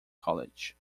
college